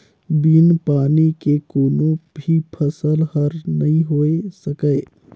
बिन पानी के कोनो भी फसल हर नइ होए सकय